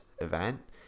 event